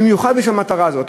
במיוחד בשביל המטרה הזאת.